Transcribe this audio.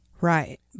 Right